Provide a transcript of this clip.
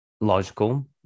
logical